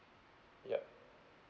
yup